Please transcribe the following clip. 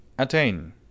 attain